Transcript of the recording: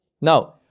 Now